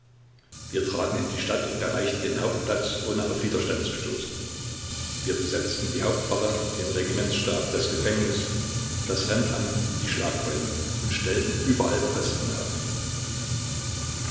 wir traten in die stadt und erreichten den hauptplatz ohne auf widerstand zu stoßen wir besetzten die hauptwache den regimentsstab das gefängnis das rentamt und die schlagbäume und stellten überall posten auf